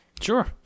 Sure